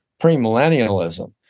premillennialism